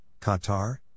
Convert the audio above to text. Qatar